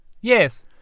Yes